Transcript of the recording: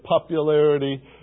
popularity